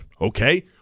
Okay